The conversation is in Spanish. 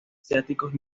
asiáticos